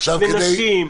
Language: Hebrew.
לנשים,